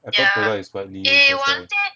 iphone cover is widely use that's why